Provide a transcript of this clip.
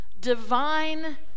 Divine